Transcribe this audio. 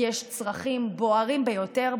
כי יש צרכים בוערים ביותר,